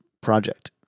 project